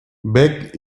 beck